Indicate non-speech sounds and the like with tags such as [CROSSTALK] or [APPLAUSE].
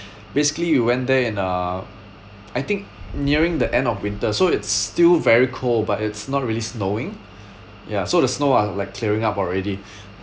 basically we went there in uh I think nearing the end of winter so it's still very cold but it's not really snowing [BREATH] ya so the snow ah like clearing up already [BREATH]